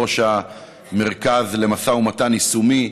ראש המרכז למשא ומתן יישומי,